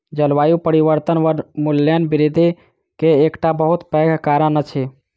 जलवायु परिवर्तन वनोन्मूलन वृद्धि के एकटा बहुत पैघ कारण अछि